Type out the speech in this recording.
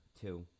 Two